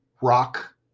rock